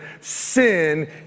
sin